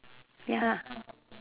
ya